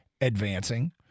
advancing